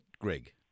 Greg